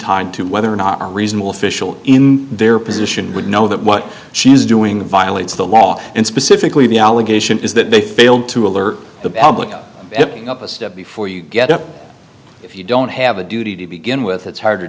tied to whether or not reasonable official in their position would know that what she's doing violates the law and specifically the allegation is that they failed to alert the up a step before you get up if you don't have a duty to begin with it's hard